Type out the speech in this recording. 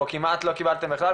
או שכמעט לא קיבלתם בכלל,